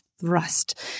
thrust